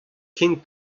ken